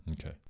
Okay